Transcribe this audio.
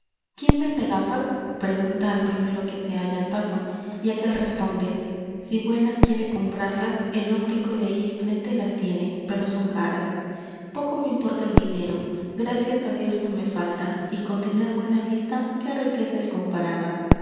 quién vende gafas pregunta al primero que se halla al paso y aquel responde si buenas quiere comprarlas el óptico de ahí enfrente las tiene pero son caras poco me importa el dinero gracias á dios no me falta y con tener buena vista q u é riqueza es comparada